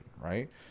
right